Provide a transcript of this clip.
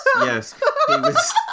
yes